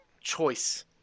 choice